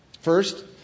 First